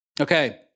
Okay